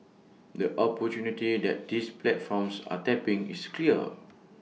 the opportunity that these platforms are tapping is clear